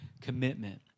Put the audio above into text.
commitment